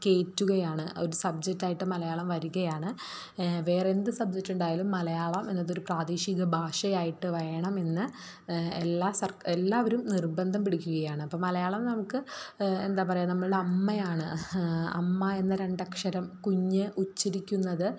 കയറ്റുകയാണ് ഒരു സബ്ജക്റ്റായിട്ട് മലയാളം വരികയാണ് വേറെന്ത് സബ്ജക്റ്റുണ്ടായാലും മലയാളം എന്നതൊരു പ്രാദേശിക ഭാഷയായിട്ട് വേണമെന്ന് എല്ലാ സർക്കാർ എല്ലാവരും നിർബന്ധം പിടിക്കുകയാണ് അപ്പം മലയാളം നമുക്ക് എന്താ പറയാ നമ്മളുടെ അമ്മയാണ് അമ്മ എന്ന രണ്ട് അക്ഷരം കുഞ്ഞ് ഉച്ചരിക്കുന്നത്